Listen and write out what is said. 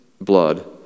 blood